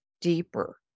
deeper